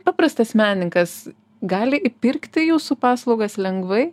paprastas menininkas gali įpirkti jūsų paslaugas lengvai